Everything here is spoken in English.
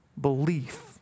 belief